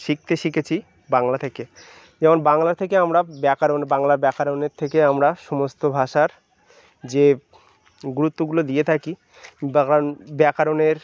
শিখতে শিখেছি বাংলা থেকে যেমন বাংলা থেকে আমরা ব্যাকরণ বাংলা ব্যাকরণের থেকে আমরা সমস্ত ভাষার যে গুরুত্বগুলো দিয়ে থাকি ব্যাকরণ ব্যাকরণের